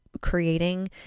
Creating